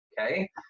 okay